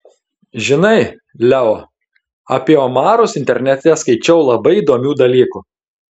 žinai leo apie omarus internete skaičiau labai įdomių dalykų